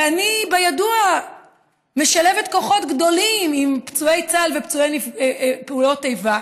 וידוע שאני משלבת כוחות גדולים עם פצועי צה"ל ונפגעי פעולות איבה,